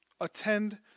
Attend